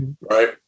Right